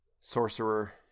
Sorcerer